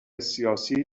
سیاسی